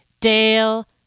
Dale